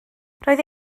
roedd